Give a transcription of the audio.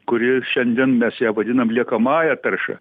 kuri šiandien mes ją vadinam liekamąja tarša